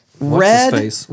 Red